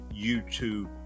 YouTube